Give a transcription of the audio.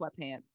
sweatpants